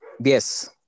yes